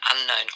unknown